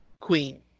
queen